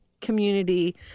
community